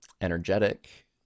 energetic